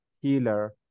healer